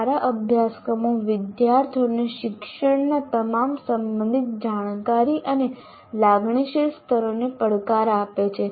સારા અભ્યાસક્રમો વિદ્યાર્થીઓને શિક્ષણના તમામ સંબંધિત જાણકારી અને લાગણીશીલ સ્તરોને પડકાર આપે છે